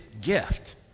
gift